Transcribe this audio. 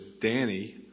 Danny